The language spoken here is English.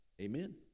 amen